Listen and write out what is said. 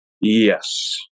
Yes